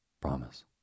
Promise